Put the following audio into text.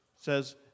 says